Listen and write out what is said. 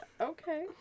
Okay